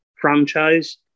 franchise